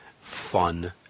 fun